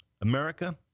America